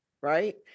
Right